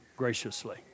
graciously